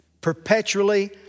perpetually